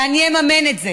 שאני אממן את זה,